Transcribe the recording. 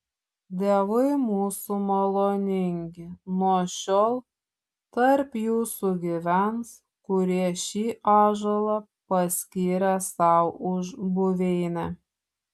dievai mūsų maloningi nuo šiol tarp jūsų gyvens kurie šį ąžuolą paskyrė sau už buveinę